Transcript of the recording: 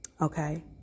Okay